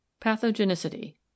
Pathogenicity